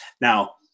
Now